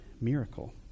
miracle